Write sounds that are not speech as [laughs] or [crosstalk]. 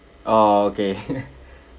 oh okay [laughs]